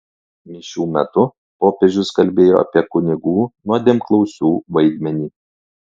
mišių metu popiežius kalbėjo apie kunigų nuodėmklausių vaidmenį